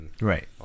Right